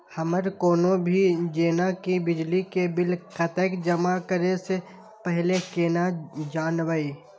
हमर कोनो भी जेना की बिजली के बिल कतैक जमा करे से पहीले केना जानबै?